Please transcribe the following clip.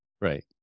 Right